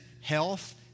health